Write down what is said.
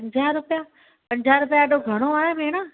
पंजह रुपिया पंजह रुपिया एॾो घणो आहे भेण